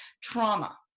trauma